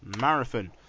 Marathon